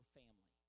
family